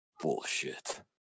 bullshit